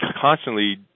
constantly